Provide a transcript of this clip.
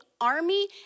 army